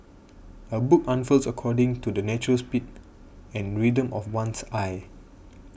a book unfurls according to the natural speed and rhythm of one's eye